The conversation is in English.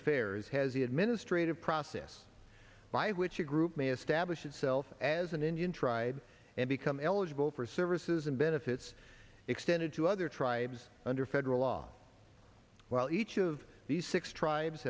affairs has the administrative process by which a group may have stablish itself as an indian tribe and become eligible for services and benefits extended to other tribes under federal law while each of these six tribes